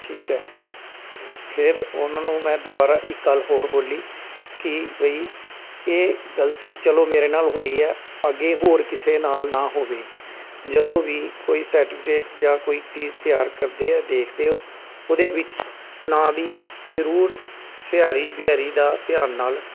ਠੀਕ ਹੈ ਫੇਰ ਉਹਨਾਂ ਨੂੰ ਮੈਂ ਦੁਬਾਰਾ ਇੱਕ ਗੱਲ ਹੋਰ ਬੋਲੀ ਕਿ ਬਈ ਇਹ ਗਲਤੀ ਚਲੋ ਮੇਰੇ ਨਾਲ ਹੋਈ ਹੈ ਅੱਗੇ ਹੋਰ ਕਿਸੇ ਨਾਲ ਨਾ ਹੋਵੇ ਜਦੋਂ ਵੀ ਕੋਈ ਸਰਟੀਫਿਕੇਟ ਜਾਂ ਕੋਈ ਚੀਜ਼ ਤਿਆਰ ਕਰਦੇ ਆ ਦੇਖਦੇ ਹੋ ਉਹਦੇ ਵਿੱਚ ਨਾਂ ਦੀ ਜ਼ਰੂਰ ਸਿਹਾਰੀ ਬਿਹਾਰੀ ਦਾ ਧਿਆਨ ਨਾਲ